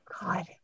god